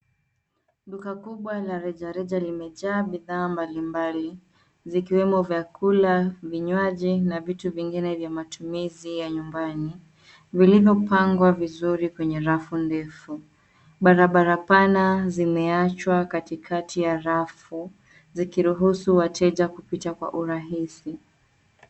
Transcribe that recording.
Duka kubwa la rejareja limejaa bidhaa mbalimbali, zikiwemo vyakula, vinywaji na vitu vingine vya matumizi ya nyumbani, vilivyopangwa vizuri kwenye rafu ndefu . Barabara pana zimeachwa katikati ya rafu, zikiruhusu wateja kupita kwa urahisi.